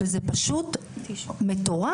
וזה פשוט מטורף.